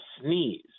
sneeze